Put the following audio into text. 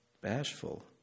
bashful